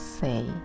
say